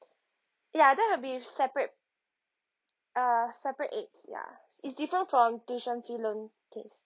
ya that'll be separate ah separate aids ya it's it's different from tuition fee loan case